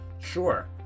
Sure